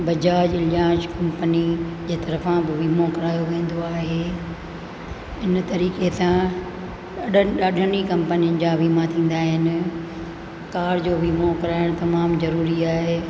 बजाज इला कंपनी जे तर्फ़ां बि वीमा करायो वेंदो आहे इन तरीक़े सां ॾाढनि ॾाढनि ई कंपनी जा वीमा थींदा आहिनि कार जो वीमो कराइणु तमामु ज़रूरी आहे